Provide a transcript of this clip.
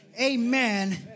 amen